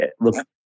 look